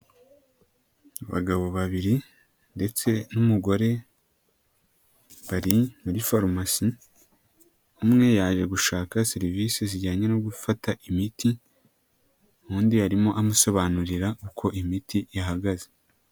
Abagabo babiri ndetse n'umugore bari muri farumasi umwe yaje gushaka serivisi zijyanye no gufata imiti undi arimo amusobanurira uko imiti ihagaze.